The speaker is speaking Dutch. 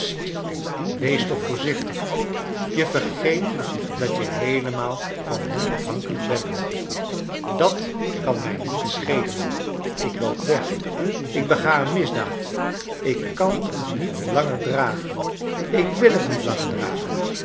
wees toch voorzichtig je vergeet dat je heelemaal van hen afhankelijk bent dat kan mij niet schelen ik loop weg ik bega een misdaad ik kan het niet langer dragen ik wil t niet langer dragen